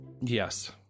Yes